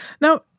Now